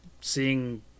seeing